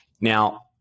Now